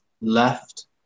left